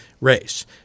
race